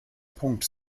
punkt